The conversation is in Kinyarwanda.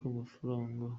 mafaranga